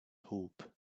hope